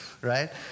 right